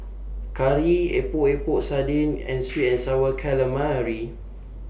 Curry Epok Epok Sardin and Sweet and Sour Calamari